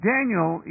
Daniel